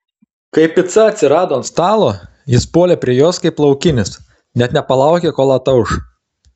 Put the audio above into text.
kai pica atsirado ant stalo jis puolė prie jos kaip laukinis net nepalaukė kol atauš